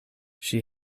she